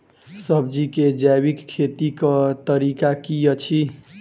सब्जी केँ जैविक खेती कऽ तरीका की अछि?